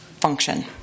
function